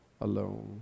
alone